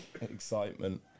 excitement